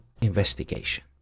investigation